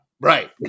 Right